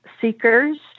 seekers